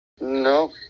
No